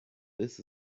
this